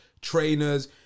trainers